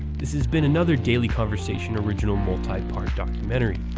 this has been another daily conversation original multi-part documentary.